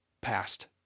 passed